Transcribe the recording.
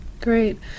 Great